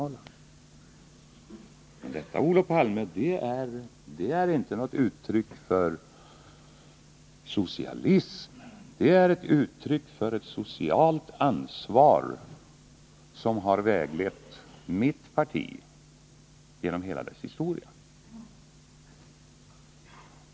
Detta, Olof Palme, är inget specifikt för socialismen utan det är ett uttryck för det sociala ansvar som har väglett också mitt parti genom hela dess historia.